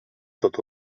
tot